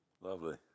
Lovely